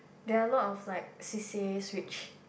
there are a lot of like C_C_As which